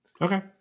Okay